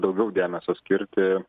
daugiau dėmesio skirti